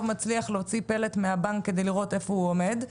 מצליח להוציא פלט מהבנק כדי לראות איפה הוא עומד,